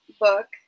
book